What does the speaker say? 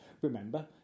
Remember